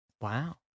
Wow